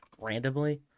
randomly